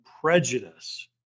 prejudice